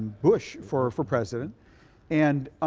bush for for president and